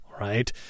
right